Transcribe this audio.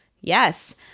Yes